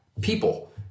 people